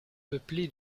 peuplé